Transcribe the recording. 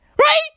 Right